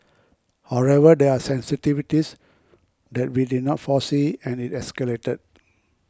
however there are sensitivities that we did not foresee and it escalated